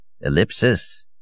ELLIPSIS